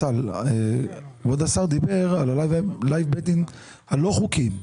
כבוד השר דיבר על ה-לייב בטינג הלא חוקי.